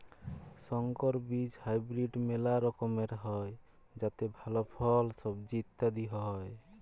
সংকর বীজ হাইব্রিড মেলা রকমের হ্যয় যাতে ভাল ফল, সবজি ইত্যাদি হ্য়য়